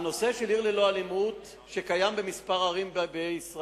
הנושא של "עיר ללא אלימות" שקיים בכמה ערים בישראל,